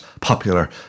popular